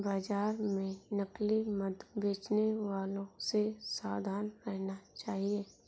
बाजार में नकली मधु बेचने वालों से सावधान रहना चाहिए